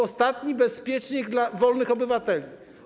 ostatni bezpiecznik dla wolnych obywateli.